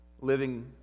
living